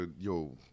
Yo